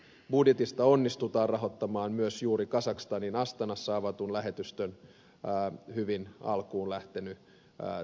budjetista onnistutaan rahoittamaan myös kazakstanin astanassa juuri avatun lähetystön hyvin alkuun lähtenyt toiminta